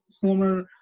former